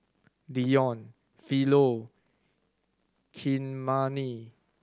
Deon Philo Kymani